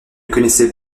connaissez